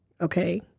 Okay